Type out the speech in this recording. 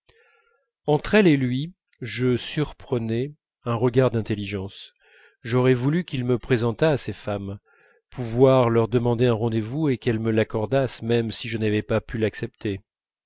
entre elles et lui je surprenais un regard d'intelligence j'aurais voulu qu'il me présentât à ces femmes pouvoir leur demander un rendez-vous et qu'elles me l'accordassent même si je n'avais pas pu l'accepter